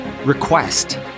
request